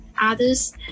others